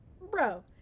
bro